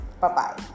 Bye-bye